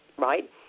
right